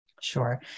Sure